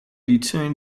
edizione